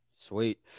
Sweet